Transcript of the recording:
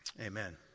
Amen